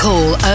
Call